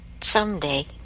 someday